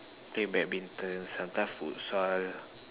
play badminton sometimes futsal